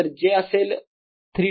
तर j असेल 3 ते N